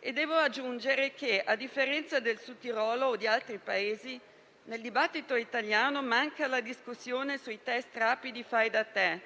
Devo aggiungere che, a differenza del Sud Tirolo o di altri Paesi, nel dibattito italiano manca la discussione sui test rapidi fai da te,